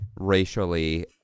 Racially